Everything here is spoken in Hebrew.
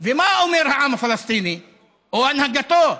ומה אומר העם הפלסטיני או הנהגתו?